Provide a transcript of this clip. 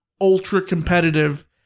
ultra-competitive